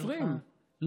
אבל היו לי 20. לא,